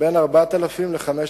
תשובה על שאילתא מס' 548,